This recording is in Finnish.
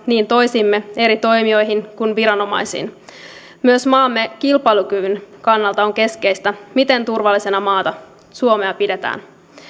niin toisiimme eri toimijoihin kuin viranomaisiin myös maamme kilpailukyvyn kannalta on keskeistä miten turvallisena maana suomea pidetään